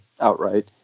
outright